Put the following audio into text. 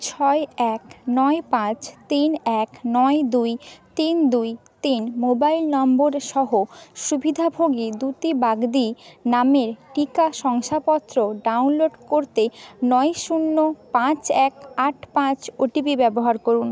ছয় এক নয় পাঁচ তিন এক নয় দুই তিন দুই তিন মোবাইল নম্বর সহ সুবিধাভোগী দ্যুতি বাগদি নামের টিকা শংসাপত্র ডাউনলোড করতে নয় শূন্য পাঁচ এক আট পাঁচ ওটিপি ব্যবহার করুন